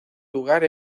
lugar